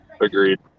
Agreed